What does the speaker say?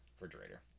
refrigerator